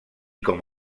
com